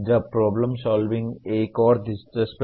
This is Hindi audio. अब प्रॉब्लम सॉल्विंग एक और दिलचस्प है